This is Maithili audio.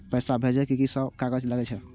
पैसा भेजे में की सब कागज लगे छै?